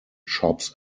shops